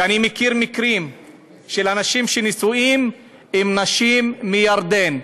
ואני מכיר מקרים של אנשים שנשואים לנשים מירדן,